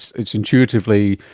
it's intuitively,